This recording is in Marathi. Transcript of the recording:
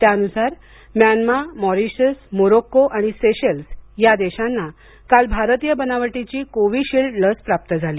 त्यानुसार म्यानमार मॉरीशस मोरोक्को आणि सेशेल्स या देशांना काल भारतीय बनावटीची कोविशिल्ड लस प्राप्त झाली